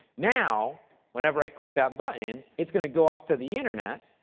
now, whenever i click that button, it's going to go off to the internet,